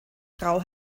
grau